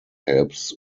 helps